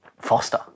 foster